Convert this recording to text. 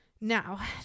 Now